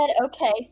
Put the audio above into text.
okay